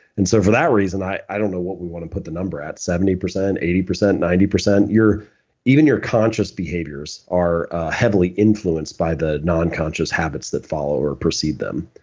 and so for that reason, i i don't know what we want to put the number at, seventy percent, and eighty percent, ninety percent. even your conscious behaviors are heavily influenced by the nonconscious habits that follow or precede them.